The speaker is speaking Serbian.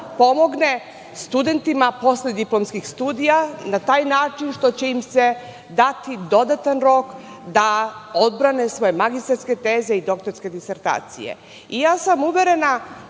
pomogne studentima poslediplomskih studija, na taj način što će im se dati dodatan rok da odbrane svoje magistarske teze i doktorske disertacije. Ja sam uverena